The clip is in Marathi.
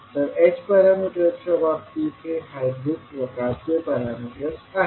तर h पॅरामीटर्सच्या बाबतीत हे हायब्रीड प्रकारचे पॅरामीटर्स आहेत